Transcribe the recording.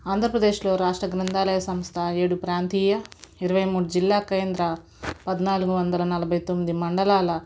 ఆంధ్రప్రదేశ్లో రాష్ట్ర గ్రంథాలయ సంస్థ ఏడు ప్రాంతీయ ఇరవై మూడు జిల్లా కేంద్ర పద్నాలుగు వందల నలభై తొమ్మిది మండలాల